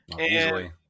easily